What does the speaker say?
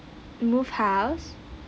move house